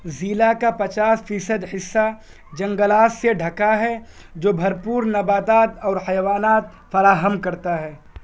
ضلع کا پچاس فیصد حصہ جنگلات سے ڈھکا ہے جو بھرپور نباتات اور حیوانات فراہم کرتا ہے